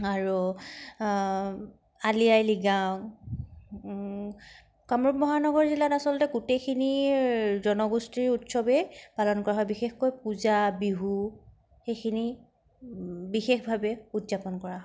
আৰু আলি আই লিগাং কামৰূপ মহানগৰ জিলাত আচলতে গোটেইখিনিৰ জনগোষ্ঠীৰ উৎসৱেই পালন কৰা হয় বিশেষকৈ পূজা বিহু সেইখিনি বিশেষভাৱে উদযাপন কৰা হয়